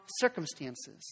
circumstances